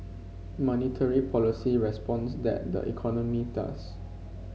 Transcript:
monetary policy responds that the economy does